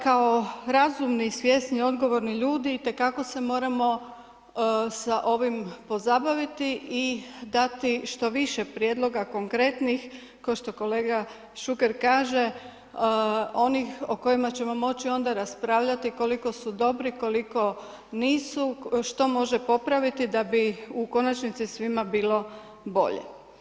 Kao razumni, svjesni i odgovorni ljudi i te kako se moramo sa ovim pozabaviti i dati što više prijedloga konkretnih kao što kolega Šuker kaže, onih o kojima ćemo moći onda raspravljati koliko su dobri koliko nisu, što može popraviti da bi u konačnici svima bilo bolje.